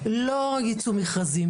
לא הוצאו מכרזים,